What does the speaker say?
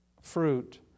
fruit